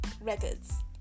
Records